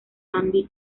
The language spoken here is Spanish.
sandy